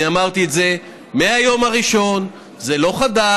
אני אמרתי את זה מהיום הראשון, זה לא חדש,